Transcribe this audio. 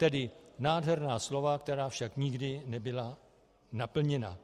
Tedy nádherná slova, která však nikdy nebyla naplněna.